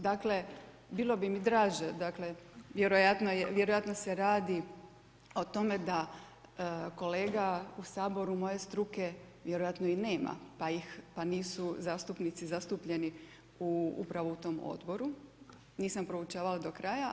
Dakle, bili bi mi draže, dakle, vjerojatno se radi o tome da kolega u Saboru moje struke vjerojatno i nema, pa ih, pa nisu zastupnici zastupljeni upravo u tom odboru, nisam proučavala do kraja.